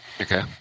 Okay